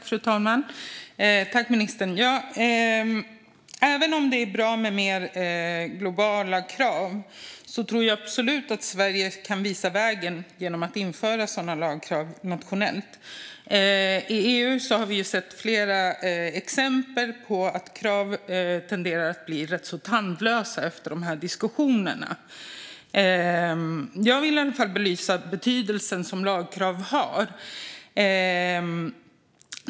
Fru talman! Även om det är bra med mer globala krav tror jag absolut att Sverige kan visa vägen genom att införa sådana lagkrav nationellt. I EU har vi sett flera exempel på att krav tenderar att bli rätt så tandlösa efter dessa diskussioner. Jag vill belysa den betydelse som lagkrav har.